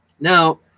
now